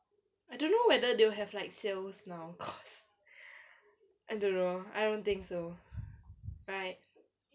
I don't know whether they'll have like sales now cause I don't know I don't think so right